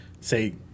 say